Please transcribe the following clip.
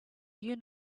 you